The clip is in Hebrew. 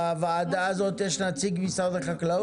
בוועדה הזאת יש נציג של משרד החקלאות?